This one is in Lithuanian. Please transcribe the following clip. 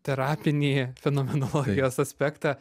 terapinį fenomenologijos aspektą